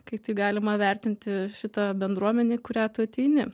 kaip taip galima vertinti šitą bendruomenę į kurią tu ateini